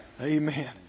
Amen